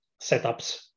setups